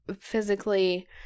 physically